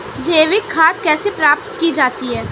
जैविक खाद कैसे प्राप्त की जाती है?